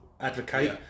advocate